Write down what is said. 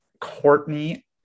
Courtney